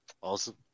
Awesome